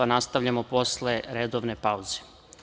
Nastavljamo posle redovne pauze.